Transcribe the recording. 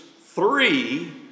three